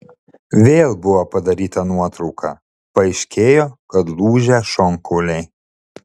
vėl buvo padaryta nuotrauka paaiškėjo kad lūžę šonkauliai